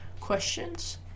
questions